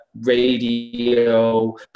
radio